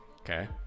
okay